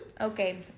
Okay